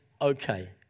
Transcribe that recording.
okay